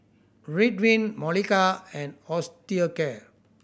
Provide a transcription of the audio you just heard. Ridwind Molicare and Osteocare